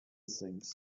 things